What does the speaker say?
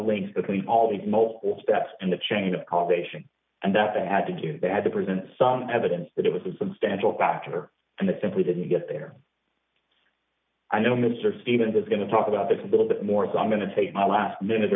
links between all the multiple steps in the chain of causation and that they had to do they had to present some evidence that it was a substantial factor and that simply didn't get their i know mr stevens is going to talk about that a little bit more as i'm going to take my last minute